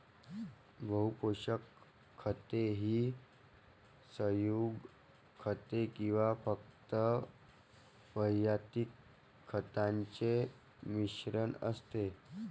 बहु पोषक खते ही संयुग खते किंवा फक्त वैयक्तिक खतांचे मिश्रण असते